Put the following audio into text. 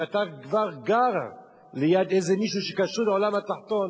אם אתה כבר גר ליד איזה מישהו שקשור לעולם התחתון,